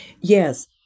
Yes